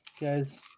guys